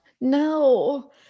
No